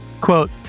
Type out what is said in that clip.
Quote